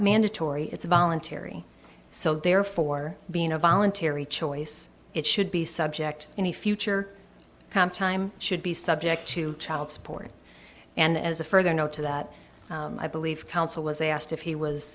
mandatory it's a voluntary so therefore being a voluntary choice it should be subject in the future comp time should be subject to child support and as a further note to that i believe counsel was asked if he